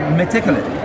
meticulous